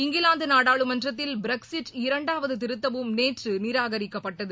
இங்கிலாந்துநாடாளுமன்றத்தில் Brexit இரண்டாவதுதிருத்தமும் நேற்றுநிராகரிக்கப்பட்டது